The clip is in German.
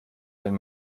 wenn